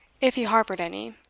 if he harboured any,